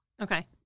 Okay